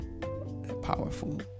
powerful